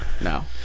no